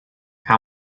how